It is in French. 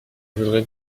voudrais